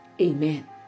Amen